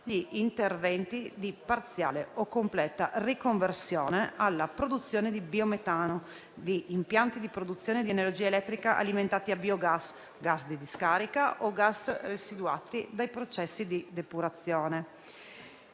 gli interventi di parziale o completa riconversione alla produzione di biometano di impianti di produzione di energia elettrica alimentati a biogas, gas di discarica o gas residuati dai processi di depurazione.